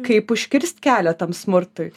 kaip užkirst kelią tam smurtui